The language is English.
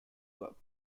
cup